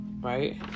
right